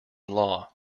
law